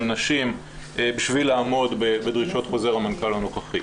נשים בשביל לעמוד בדרישות חוזר המנכ"ל הנוכחי.